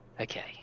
Okay